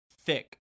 thick